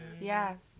Yes